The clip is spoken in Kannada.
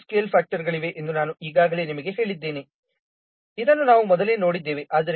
ಐದು ಸ್ಕೇಲ್ ಫ್ಯಾಕ್ಟರ್ಗಳಿವೆ ಎಂದು ನಾನು ಈಗಾಗಲೇ ನಿಮಗೆ ಹೇಳಿದ್ದೇನೆ ಇದನ್ನು ನಾವು ಮೊದಲೇ ನೋಡಿದ್ದೇವೆ